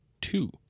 two